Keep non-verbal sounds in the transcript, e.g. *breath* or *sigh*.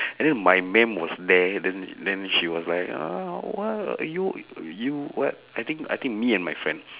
*breath* and then my maam was there then then she was like ah !wow! are you you what I think I think me and my friend *breath*